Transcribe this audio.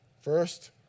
First